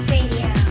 Radio